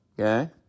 okay